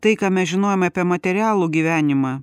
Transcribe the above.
tai ką mes žinojom apie materialų gyvenimą